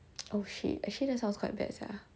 okay actually that sounds quite bad sia